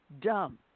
dumb